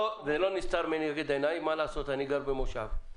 לא נסתר מעיניי, מה לעשות, אני גר במושב,